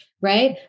Right